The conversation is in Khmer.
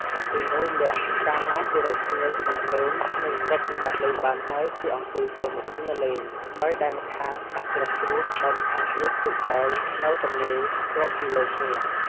ថ្នាក់ទី ១ លាក់ កាលគេរកគ្នាជាអ្នកលេង និងគ្រាប់សម្រាប់លេងបានហើយ ដោយគេអង្គុយទល់មុខគ្នាលេង ដោយ ដៃម្ខាងក្តាប់គ្រាប់គ្រួស ដៃម្ខាងទៀតទុកឲ្យនៅទំនេរគ្របពីលើគ្នា។